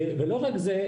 ולא רק זה,